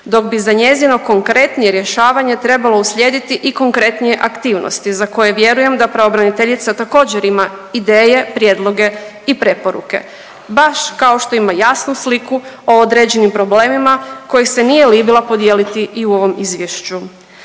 dok bi za njezino konkretnije rješavanje trebalo uslijediti i konkretnije aktivnosti za koje vjerujem da pravobraniteljica također ima ideje, prijedloge i preporuke baš kao što ima jasnu sliku o određenim problemima kojih se nije libila podijeliti i u ovom izvješću.